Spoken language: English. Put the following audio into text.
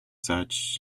such